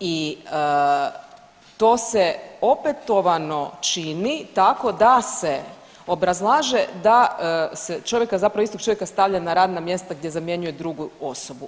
i to se opetovano čini tako da se obrazlaže da se čovjeka zapravo istog čovjeka stavlja na radna mjesta gdje zamjenjuje drugu osobu.